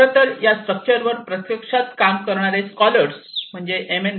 खरं तर या स्ट्रक्चरवर प्रत्यक्षात काम करणारे स्कॉलर एम